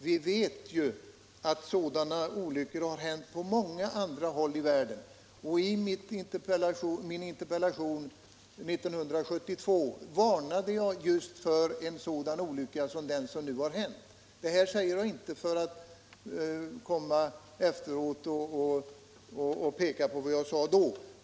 Vi vet att sådana olyckor har inträffat på många andra håll i världen, och i min interpellation 1972 varnade jag just för en sådan olycka som den som nu har hänt. Detta säger jag inte bara för att peka på vad jag sade då.